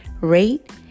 Rate